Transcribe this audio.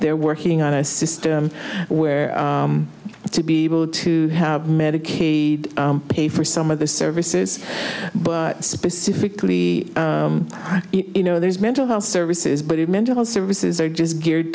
they're working on a system where to be able to have medicaid pay for some of the services but specifically you know there's mental health services but the mental health services are just geared